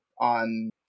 on